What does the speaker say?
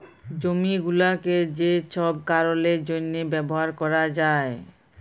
জমি গুলাকে যে ছব কারলের জ্যনহে ব্যাভার ক্যরা যায়